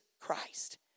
Christ